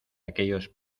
aquellos